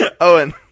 Owen